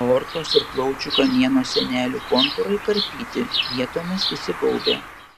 aortos ir plaučių kamieno sienelių kontūrai karpyti vietomis įsigaubę